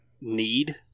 need